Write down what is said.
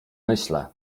myślę